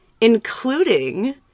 including